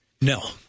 No